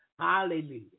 Hallelujah